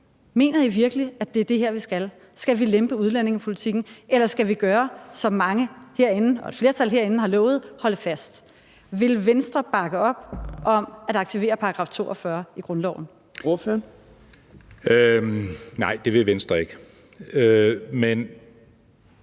Mener I virkelig, at det er det her, vi skal? Skal vi lempe udlændingepolitikken, eller skal vi gøre, som mange herinde – et flertal herinde – har lovet, holde fast? Vil Venstre bakke op om at aktivere § 42 i grundloven? Kl. 14:34 Fjerde